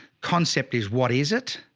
concept is what is it?